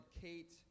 Kate